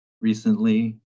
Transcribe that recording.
recently